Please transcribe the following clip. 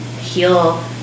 heal